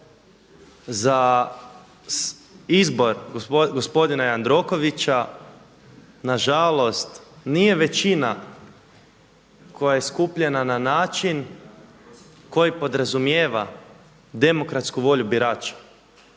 za izbor gospodina Jandrokovića nažalost nije većina koja je skupljena na način koji podrazumijeva demokratsku volju birača